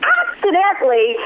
accidentally